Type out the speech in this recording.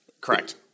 Correct